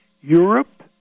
Europe